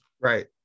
right